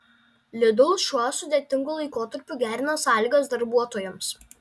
lidl šiuo sudėtingu laikotarpiu gerina sąlygas darbuotojams